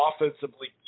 offensively